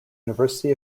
university